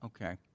Okay